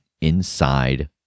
inside